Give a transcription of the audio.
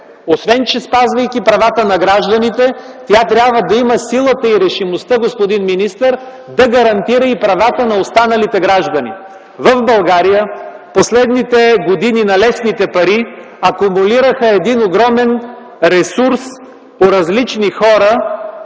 Освен че спазвайки правата на гражданите, тя трябва да има силата и решимостта, господин министър, да гарантира и правата на останалите граждани. В България последните години на лесните пари акумулираха огромен ресурс у различни хора,